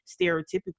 stereotypically